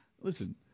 listen